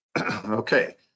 okay